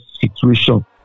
situation